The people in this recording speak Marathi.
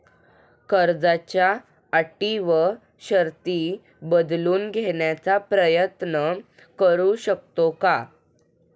कर्जाच्या अटी व शर्ती बदलून घेण्याचा प्रयत्न करू शकतो का?